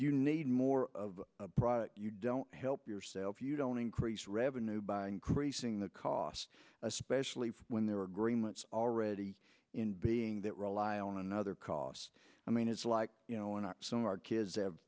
you need more of a price you don't help yourself you don't increase revenue by increasing the cost especially when there are agreements already in being that rely on another cost i mean it's like you know in some our kids have